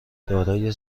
دارای